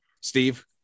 steve